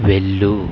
వెళ్ళు